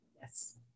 yes